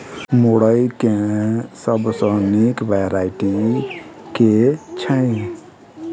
मुरई केँ सबसँ निक वैरायटी केँ छै?